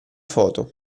foto